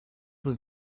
was